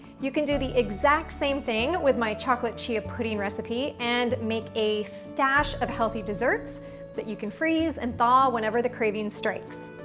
you can do the exact same thing with my chocolate chia pudding recipe and make a stash of healthy desserts that you can freeze and thaw whenever the craving strikes.